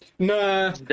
Nah